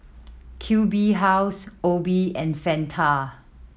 Q B House Obey and Fanta